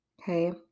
Okay